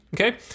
Okay